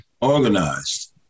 organized